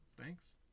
thanks